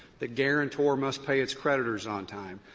the guarantor must pay its creditors on time.